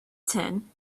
tin